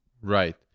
Right